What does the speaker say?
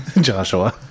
Joshua